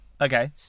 Okay